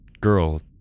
girl